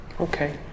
Okay